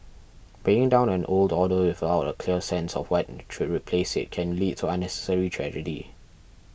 bringing down an old order without a clear sense of what should replace it can lead to unnecessary tragedy